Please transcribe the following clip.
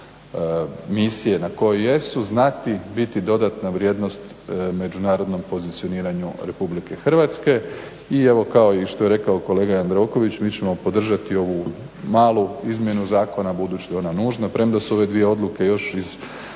misije na koju jesu znati biti dodatna vrijednost međunarodnom pozicioniranju Republike Hrvatske. I evo kao i što je rekao kolega Jandroković mi ćemo podržati ovu malu izmjenu zakona budući da je ona nužna premda su ove dvije odluke još iz